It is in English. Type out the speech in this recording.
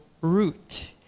root